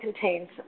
contains